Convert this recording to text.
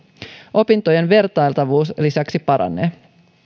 opintojen vertailtavuus lisäksi paranee